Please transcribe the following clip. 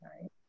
right